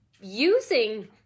using